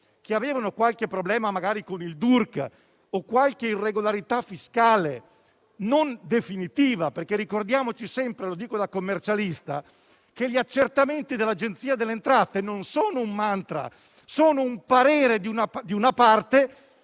che avevano qualche problema con il DURC o irregolarità fiscale non definitiva. Infatti, ricordiamoci sempre - lo dico da commercialista - che gli accertamenti dell'Agenzia delle entrate sono non un mantra, bensì il parere di una parte